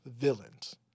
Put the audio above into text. villains